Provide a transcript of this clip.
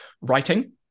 writing